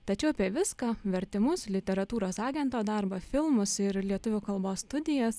tačiau apie viską vertimus literatūros agento darbą filmus ir lietuvių kalbos studijas